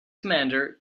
commander